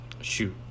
shoot